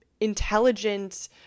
intelligent